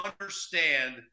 understand